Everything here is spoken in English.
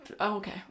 okay